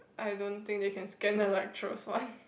I don't think they can scan the lecturers one